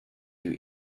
you